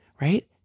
right